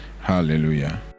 Hallelujah